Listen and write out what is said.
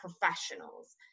professionals